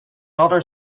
other